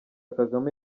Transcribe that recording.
kagame